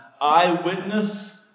eyewitness